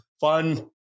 fun